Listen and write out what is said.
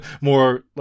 more